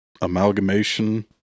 amalgamation